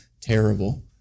terrible